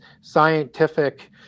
scientific